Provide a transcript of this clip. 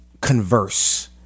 converse